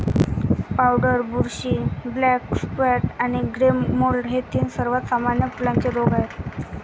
powder बुरशी, black spot आणि grey mould हे तीन सर्वात सामान्य फुलांचे रोग आहेत